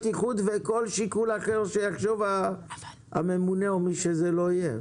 בטיחות וכל שיקול אחר שיחשוב הממונה או מי שזה לא יהיה.